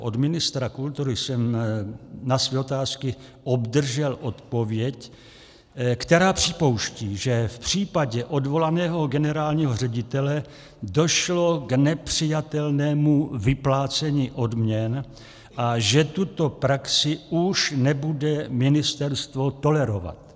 Od ministra kultury jsem na své otázky obdržel odpověď, která připouští, že v případě odvolaného generálního ředitele došlo k nepřijatelnému vyplácení odměn a že tuto praxi už nebude ministerstvo tolerovat.